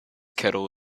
kettle